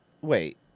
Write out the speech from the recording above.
Wait